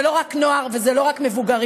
זה לא רק נוער וזה לא רק מבוגרים,